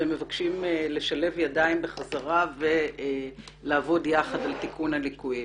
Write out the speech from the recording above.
והם מבקשים לשלב ידיים בחזרה ולעבוד יחד על תיקון הליקויים.